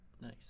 nice